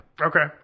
Okay